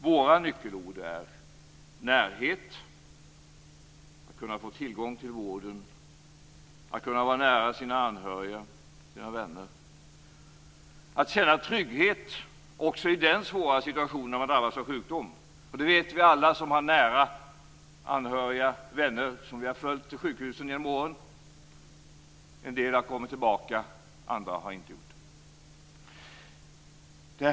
Våra nyckelord är närhet, att kunna få tillgång till vård, att kunna vara nära sina anhöriga och sina vänner, att känna trygghet också i den svåra situation då man drabbas av sjukdom. Det vet vi alla som har nära anhöriga och vänner som vi har följt till sjukhuset genom åren. En del har kommit tillbaka, andra har inte gjort det.